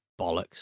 bollocks